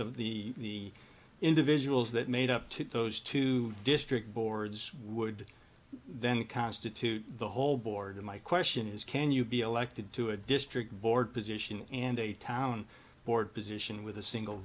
of the individuals that made up to those two district boards would then constitute the whole board and my question is can you be elected to a district board position and a town board position with a single